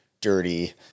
dirty